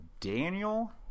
Daniel